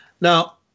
Now